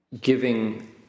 Giving